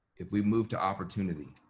if we move to opportunity,